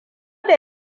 da